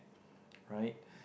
right